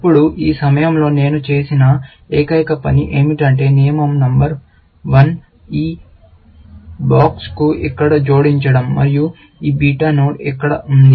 ఇప్పుడు ఈ సమయంలో నేను చేసిన ఏకైక పని ఏమిటంటే నియమం నంబర్ వన్ ఈ పెట్టెను ఇక్కడ జోడించడం మరియు ఈ బీటా నోడ్ ఇక్కడ ఉంది